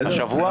השבוע?